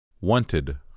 Wanted